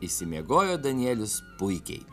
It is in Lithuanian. išsimiegojo danielius puikiai